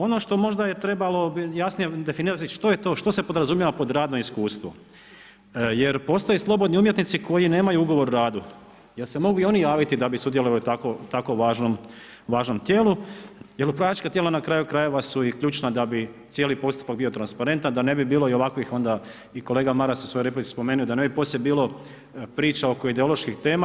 Ono što možda je trebalo jasnije definirati što je to, što se podrazumijeva pod radno iskustvo jer postoje slobodni umjetnici koji nemaju ugovor o radu jer se mogu i oni javiti da bi sudjelovali u tako važnom tijelu jer upravljačka tijela na kraju krajeva su i ključna da bi cijeli postupak bio transparentan, da ne bi bilo i ovakvih onda i kolega Maras je u svojoj replici spomenuo da ne bi poslije bilo priča oko ideoloških tema.